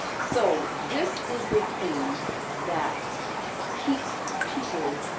so this is the thing that keeps people,